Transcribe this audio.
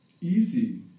easy